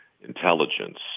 intelligence